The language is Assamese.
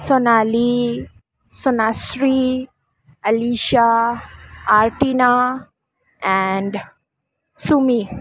সোণালী সোনাশ্ৰী আলিছা আৰ্টিনা এণ্ড চুমি